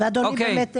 אוקיי.